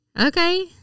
Okay